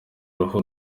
uruhu